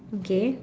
okay